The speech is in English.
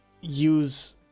use